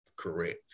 correct